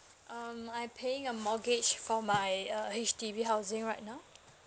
um I'm paying a mortgage for my uh H_D_B housing right now